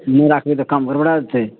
नहि राखबै तऽ काम गड़बड़ाए जेतै